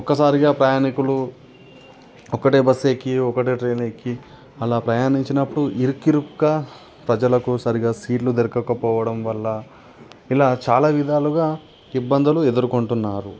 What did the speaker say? ఒక్కసారిగా ప్రయాణికులు ఒక్కటే బస్సు ఎక్కి ఒక్కటే ట్రైన్ ఎక్కి అలా ప్రయాణించినపుడు ఇరుకు ఇరుగ్గా ప్రజలకు సరిగ్గా సీటులు దొరక్కపోవడం వల్ల ఇలా చాలా విధాలుగా ఇబ్బందులు ఎదుర్కొంటున్నారు